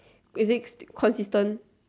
is it consistent